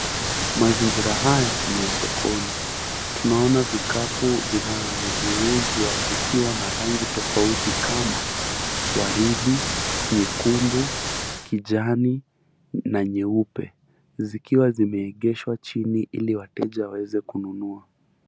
Mazingira haya ni ya sokoni, tunaona vikapu na vyo uswa vikiwa na rangi tofauti kama waridi, nyekundu kijani na nyeupe zikiwa zimeegeshwa chini ili wateja waweze kununua.